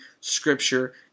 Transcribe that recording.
scripture